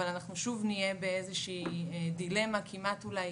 אבל אנחנו שוב נהיה באיזושהי דילמה כמעט אולי